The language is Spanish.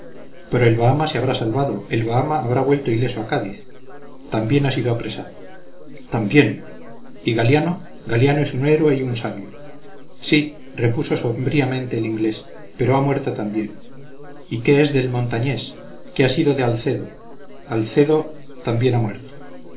pero el bahama se habrá salvado el bahama habrá vuelto ileso a cádiz también ha sido apresado también y galiano galiano es un héroe y un sabio sí repuso sombríamente el inglés pero ha muerto también y qué es del montañés qué ha sido de alcedo alcedo también ha muerto